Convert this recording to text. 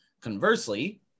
conversely